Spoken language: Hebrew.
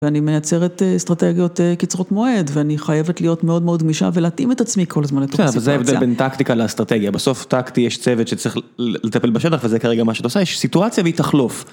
ואני מייצרת אסטרטגיות קצרות מועד ואני חייבת להיות מאוד מאוד גמישה ולהתאים את עצמי כל הזמן לסיטואציה. זה ההבדל בין טקטיקה לאסטרטגיה, בסוף טקטי יש צוות שצריך לטפל בשטח וזה כרגע מה שאת עושה, יש סיטואציה והיא תחלוף.